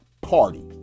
party